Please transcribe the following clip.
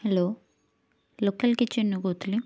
hello local କିଚେନ୍ରୁ କହୁଥିଲେ